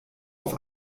auf